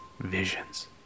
visions